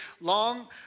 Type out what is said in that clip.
long